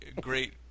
great